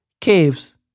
caves